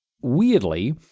weirdly